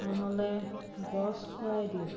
নহ'লে বচ খুৱাই দিওঁ